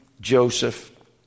Joseph